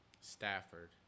Stafford